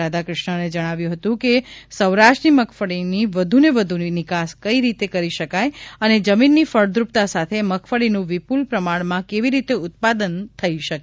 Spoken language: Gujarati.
રાધાકૃષ્ણને જણાવ્યું હતું કે સૌરાષ્ટ્રની મગફળીની વધુ ને વધુ નિકાસ કઈ રીતે કરી કરી શકાય અને જમીનની ફળદ્રુપતા સાથે મગફળીનું વિપુલ પ્રમાણમાં કેવી રીતે ઉત્પાદન થઈ શકે